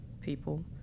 people